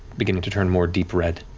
beginning to turn more deep red,